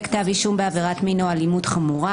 כתב אישום בעבירת מין או אלימות חמורה,